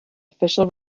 official